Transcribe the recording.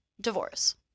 divorce